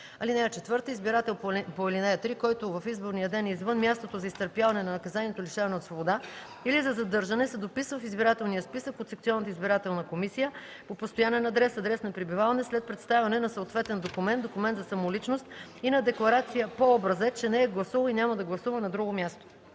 (4) Избирател по ал. 3, който в изборния ден е извън мястото за изтърпяване на наказанието лишаване от свобода или за задържане, се дописва в избирателния списък от секционната избирателна комисия по постоянен адрес (адрес на пребиваване) след представяне на съответен документ, документ за самоличност и на декларация по образец, че не е гласувал и няма да гласува на друго място.”